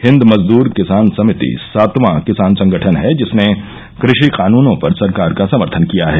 हिन्द मजदूर किसान समिति सातवा किसान संगठन है जिसने कृषि कानूनों पर सरकार का समर्थन किया है